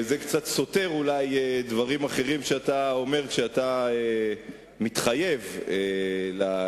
וזה קצת סותר אולי דברים אחרים שאתה אומר כשאתה מתחייב לכנסת,